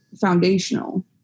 foundational